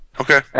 Okay